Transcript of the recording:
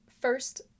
first